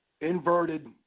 inverted